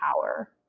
power